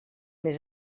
més